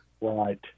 Right